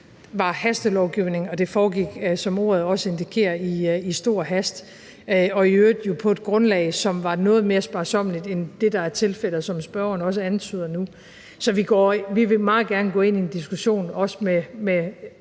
var hastelovgivning, og at det, som ordet også indikerer, foregik i stor hast og jo i øvrigt på et grundlag, der var noget mere sparsommeligt end det, der er tilfældet nu, hvilket spørgeren også antyder. Så vi vil meget gerne gå ind i en diskussion med